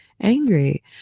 angry